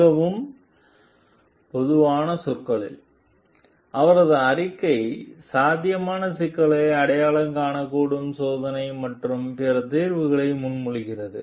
மிகவும் பொதுவான சொற்களில் அவரது அறிக்கை சாத்தியமான சிக்கல்களை அடையாளம் கண்டு கூடுதல் சோதனை மற்றும் பிற தீர்வுகளை முன்மொழிகிறது